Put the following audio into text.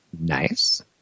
Nice